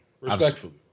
respectfully